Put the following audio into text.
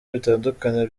bitandukanye